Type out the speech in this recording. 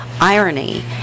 irony